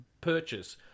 purchase